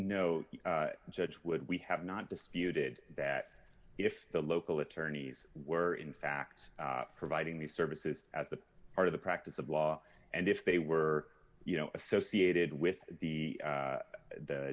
o judge would we have not disputed that if the local attorneys were in fact providing these services as the part of the practice of law and if they were you know associated with the